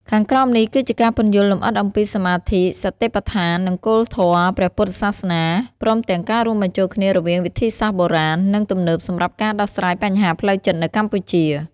ខាងក្រោមនេះ គឺជាការពន្យល់លម្អិតអំពីសមាធិ សតិប្បដ្ឋាន និងគោលធម៌ព្រះពុទ្ធសាសនា ព្រមទាំងការរួមបញ្ចូលគ្នារវាងវិធីសាស្ត្របុរាណ និងទំនើបសម្រាប់ការដោះស្រាយបញ្ហាផ្លូវចិត្តនៅកម្ពុជា។